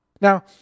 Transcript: Now